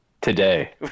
today